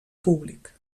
públic